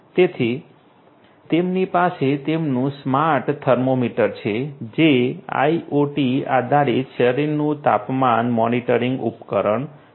તેથી તેમની પાસે તેમનું સ્માર્ટ થર્મોમીટર છે જે IOT આધારિત શરીરનું તાપમાન મોનિટરિંગ ઉપકરણ છે